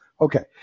Okay